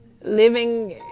living